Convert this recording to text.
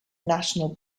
national